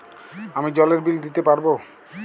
আমি জলের বিল দিতে পারবো?